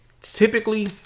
typically